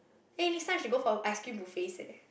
eh next time should go for ice cream buffets eh